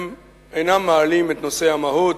הם אינם מעלים את נושאי המהות,